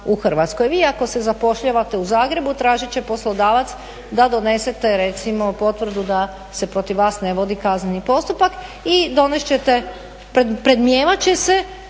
u Hrvatskoj. Vi ako se zapošljavate u Zagrebu tražit će poslodavaca da donesete recimo potvrdu da se protiv vas ne vodi kazneni postupak i donest ćete, predmnijevat će se